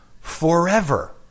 forever